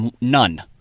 none